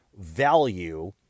value